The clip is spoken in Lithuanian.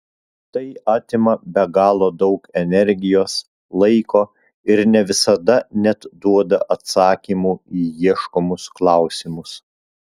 tai atima be galo daug energijos laiko ir ne visada net duoda atsakymų į ieškomus klausimus